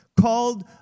called